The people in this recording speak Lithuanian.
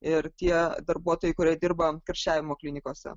ir tie darbuotojai kurie dirba karščiavimo klinikose